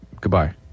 goodbye